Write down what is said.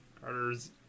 Carter's